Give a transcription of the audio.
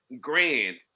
grand